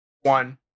one